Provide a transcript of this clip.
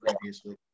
previously